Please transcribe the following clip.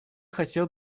хотел